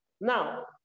Now